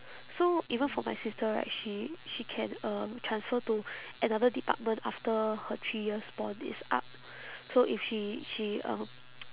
so even for my sister right she she can um transfer to another department after her three years bond is up so if she she um